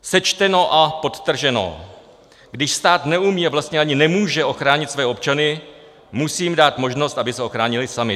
Sečteno a podtrženo: když stát neumí a vlastně ani nemůže ochránit své občany, musí jim dát možnost, aby se ochránili sami.